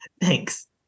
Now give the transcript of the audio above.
Thanks